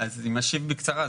אם אשיב בקצרה,